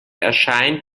erscheint